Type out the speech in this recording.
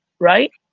right,